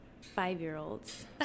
five-year-olds